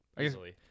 easily